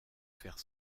faire